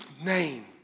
name